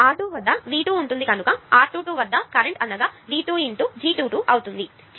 R 22 వద్ద V2 ఉంటుంది కనుక R 22 వద్ద కరెంట్ అనగా V2 × G22 అవుతుంది